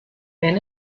ben